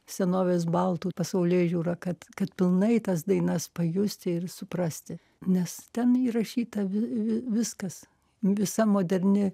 senovės baltų pasaulėžiūrą kad kad pilnai tas dainas pajusti ir suprasti nes ten įrašyta vi viskas visa moderni